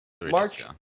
March